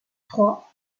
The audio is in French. trois